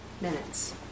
minutes